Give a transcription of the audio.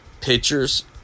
Pictures